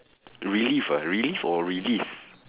relieve ah relieve or release